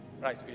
right